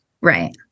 Right